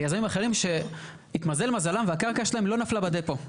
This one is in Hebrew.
יזמים אחרים שהתמזל מזלם והקרקע שלהם לא נפלה בדפו.